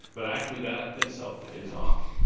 but actually that in itself pays off.